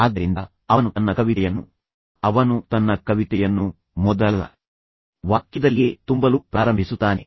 ಆದ್ದರಿಂದ ಅವನು ತನ್ನ ಕವಿತೆಯನ್ನು ಮೊದಲ ವಾಕ್ಯದಲ್ಲಿಯೇ ತುಂಬಲು ಪ್ರಾರಂಭಿಸುತ್ತಾನೆ